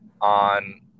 on